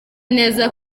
neza